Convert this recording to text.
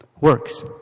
Works